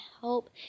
help